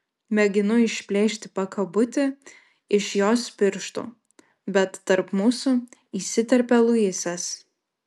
mėginu išplėšti pakabutį iš jos pirštų bet tarp mūsų įsiterpia luisas